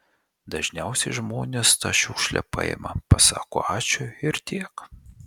dažniausiai žmonės tą šiukšlę paima pasako ačiū ir tiek